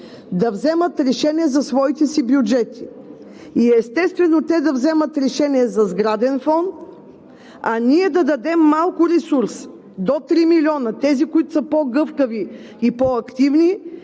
да вземат решение за своите бюджети и, естествено, да вземат решение за сграден фонд, а ние да дадем малко ресурс – до три милиона. Тези, които са по-гъвкави и по-активни,